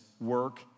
work